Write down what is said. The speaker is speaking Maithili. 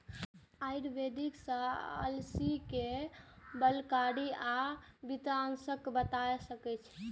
आयुर्वेद मे अलसी कें बलकारी आ पित्तनाशक बताएल गेल छै